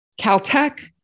Caltech